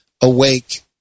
awake